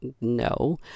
no